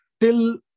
till